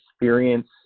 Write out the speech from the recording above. experience